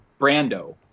Brando